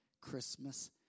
Christmas